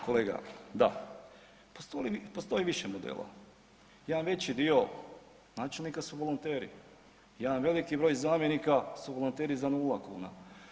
Kolega, da postoji više modela, jedan veći dio načelnika su volonteri, jedan veliki broj zamjenika su volonteri za nula kuna.